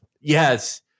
Yes